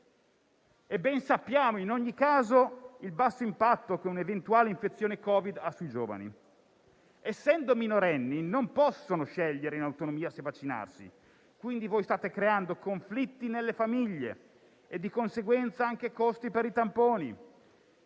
E ben sappiamo, in ogni caso, il basso impatto che un'eventuale infezione da Covid-19 ha sui giovani. Essendo minorenni, non possono scegliere in autonomia se vaccinarsi. Quindi, voi state creando conflitti nelle famiglie e, di conseguenza, anche costi per i tamponi.